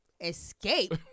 escape